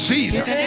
Jesus